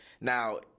Now